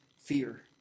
fear